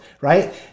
right